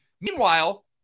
Meanwhile